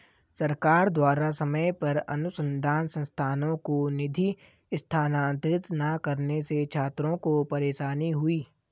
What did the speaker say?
सरकार द्वारा समय पर अनुसन्धान संस्थानों को निधि स्थानांतरित न करने से छात्रों को परेशानी हुई